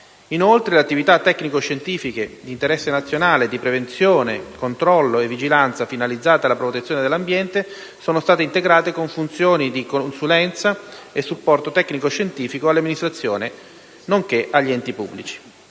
Inoltre, le attività tecnico-scientifiche di interesse nazionale, di prevenzione, controllo e vigilanza finalizzate alla protezione dell'ambiente sono state integrate con funzioni di consulenza e supporto tecnico-scientifico alle amministrazioni nonché agli enti pubblici.